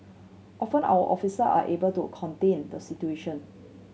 often our officer are able to contain the situation